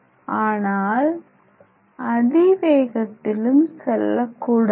ஆனால் அதிவேகத்திலும் செல்லக்கூடாது